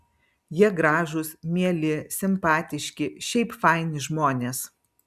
jie gražūs mieli simpatiški šiaip faini žmonės